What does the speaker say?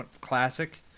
classic